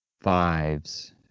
fives